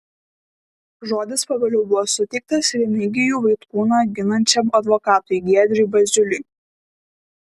žodis pagaliau buvo suteiktas remigijų vaitkūną ginančiam advokatui giedriui baziuliui